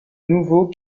nouveaux